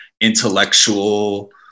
intellectual